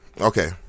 Okay